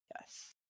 yes